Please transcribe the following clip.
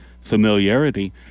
familiarity